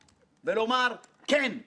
כבר שנים רבות שהייתי שמח מאוד